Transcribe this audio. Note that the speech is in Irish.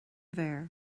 bhfear